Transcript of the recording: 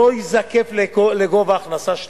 שלא ייזקף לגובה ההכנסה שלהם,